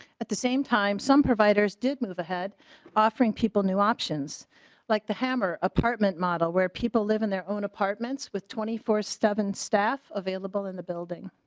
at the same time some providers did move ahead offering people new options like the hammer apartment model where people live in their own apartments with twenty four seven staff available in the building.